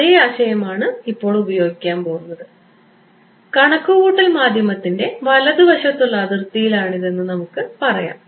അതേ ആശയമാണ് ഇപ്പോൾ ഉപയോഗിക്കാൻ പോകുന്നത് കണക്കുകൂട്ടൽ മാധ്യമത്തിന്റെ വലതുവശത്തുള്ള അതിർത്തിയിൽ ആണിതെന്ന് നമുക്ക് പറയാം